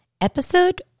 Episode